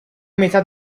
metà